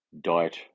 diet